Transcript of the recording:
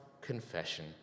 confession